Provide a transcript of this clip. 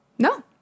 No